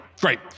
great